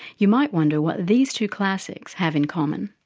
you might wonder what these two classics have in common.